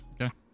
Okay